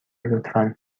لطفا